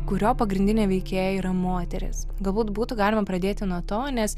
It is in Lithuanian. kurio pagrindinė veikėja yra moteris galbūt būtų galima pradėti nuo to nes